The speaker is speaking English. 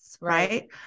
right